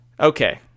okay